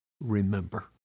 remember